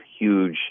huge